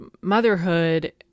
motherhood